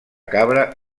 cabra